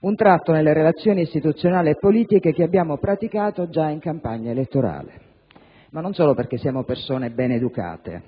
un garbo - nelle relazioni istituzionali e politiche che abbiamo praticato già in campagna elettorale, non solo perché siamo persone bene educate,